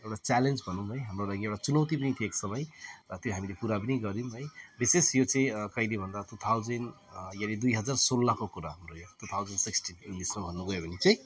अब च्यालेन्ज भनौँ है हाम्रो लागि चुनौती पनि थियो एक समय त्यो हामीले पुरा पनि गर्यौँ है विशेष यो चाहिँ कहिले भन्दा टू थाउजन्ड यानि दुई हजार सोह्रको कुरा हाम्रो हो यो टू थाउजन्ड सिक्सटिन इङ्लिसमा भन्नुगयो भने चाहिँ